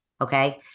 Okay